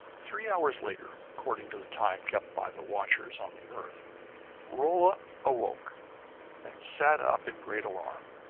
three hours later according to the time kept by the watchers on the earth rolla awoke and sat up in great alarm.